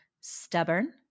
stubborn